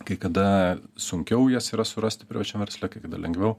kai kada sunkiau jas yra surasti privačiam versle kai kada lengviau